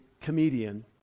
comedian